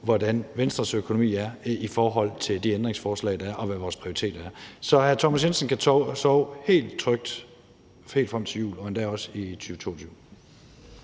hvordan Venstres økonomi er i forhold til de ændringsforslag, der er, og hvad vores prioriteter er. Så hr. Thomas Jensen kan sove helt trygt helt frem til jul og endda også i 2022.